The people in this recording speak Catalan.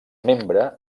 membre